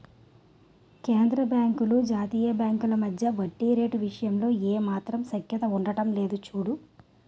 కేంద్రబాంకులు జాతీయ బాంకుల మధ్య వడ్డీ రేటు విషయంలో ఏమాత్రం సఖ్యత ఉండడం లేదు చూడు